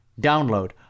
Download